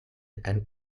and